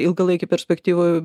ilgalaikėj perspektyvoj